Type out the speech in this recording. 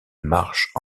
marche